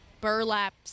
burlap